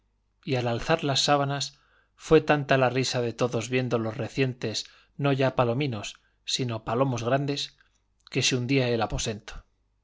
y al alzar las sábanas fue tanta la risa de todos viendo los recientes no ya palominos sino palomos grandes que se hundía el aposento